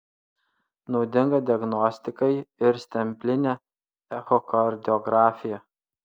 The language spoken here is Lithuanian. naudinga diagnostikai ir stemplinė echokardiografija